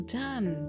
done